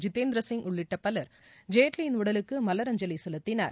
ஜிதேந்திர சிங் உள்ளிட்ட பலர் ஜேட்லியின் உடலுக்கு மலரஞ்சலி செலுத்தினர்